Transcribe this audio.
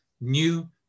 New